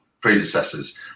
predecessors